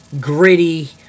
gritty